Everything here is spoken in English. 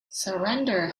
surrender